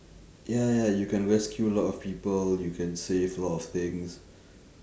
ya ya you can rescue a lot of people you can save a lot of things